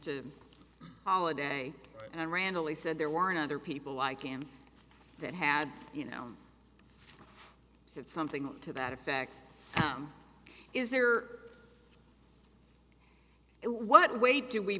to holiday and i randomly said there weren't other people like him that had you know said something to that effect is there what way do we